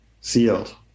sealed